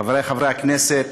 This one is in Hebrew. חברי חברי הכנסת,